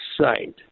site